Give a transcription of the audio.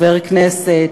חבר כנסת,